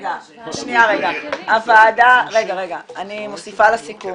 אני מוסיפה לסיכום